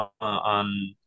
on